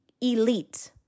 elite